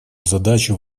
задачу